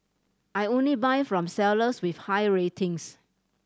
I only buy from sellers with high ratings